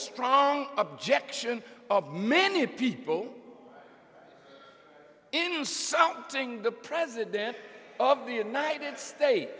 strong objection of many people into something the president of the united states